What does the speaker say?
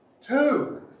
two